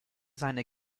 seine